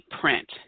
Print